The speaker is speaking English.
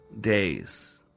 days